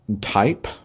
type